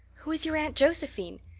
who is your aunt josephine?